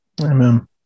Amen